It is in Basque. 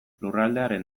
lurraldearen